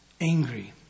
angry